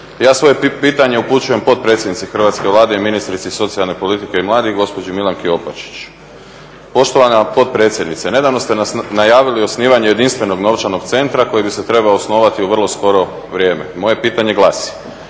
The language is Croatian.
Ja svoje pitanje upućujem potpredsjednici hrvatske Vlade i ministrici socijalne politike i mladih gospođi Milanki Opačić. Poštovana potpredsjednice, nedavno ste najavili osnivanje jedinstvenog novčanog centra koji bi se trebao osnovati u vrlo skoro vrijeme. Moje pitanje glasi